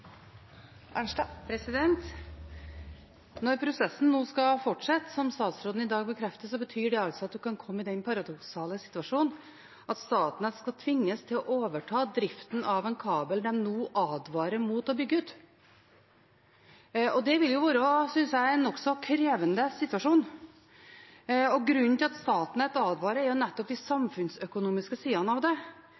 Når prosessen nå skal fortsette, som statsråden i dag bekrefter, betyr det at en kan komme i den paradoksale situasjonen at Statnett tvinges til å overta driften av en kabel som de nå advarer mot å bygge ut. Det vil være en nokså krevende situasjon, synes jeg. Grunnen til at Statnett advarer, er nettopp de